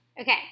Okay